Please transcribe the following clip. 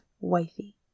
wifey